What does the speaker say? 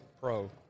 Pro